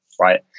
Right